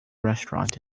restaurant